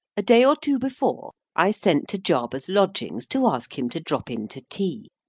a day or two before, i sent to jarber's lodgings to ask him to drop in to tea.